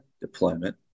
deployment